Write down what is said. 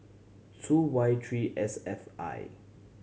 two Y three S F I